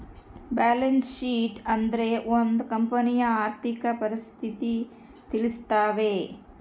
balance sheet ಅಂದ್ರೆ ಒಂದ್ ಕಂಪನಿಯ ಆರ್ಥಿಕ ಪರಿಸ್ಥಿತಿ ತಿಳಿಸ್ತವೆ